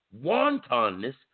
wantonness